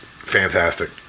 fantastic